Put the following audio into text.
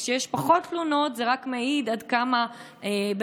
וכשיש פחות תלונות זה רק מעיד עד כמה העובדים